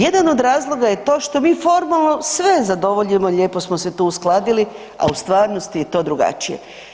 Jedan od razloga je to što mi formalno sve zadovoljimo, lijepo smo se tu uskladili, a u stvarnosti je to drugačije.